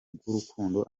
bw’urukundo